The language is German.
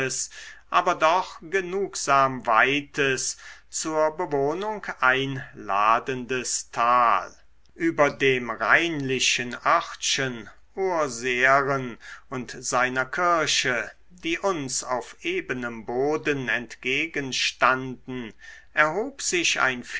aber doch genugsam weites zur bewohnung einladendes tal über dem reinlichen örtchen urseren und seiner kirche die uns auf ebenem boden entgegen standen erhob sich ein